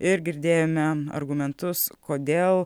ir girdėjome argumentus kodėl